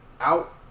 out